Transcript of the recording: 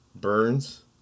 burns